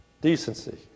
decency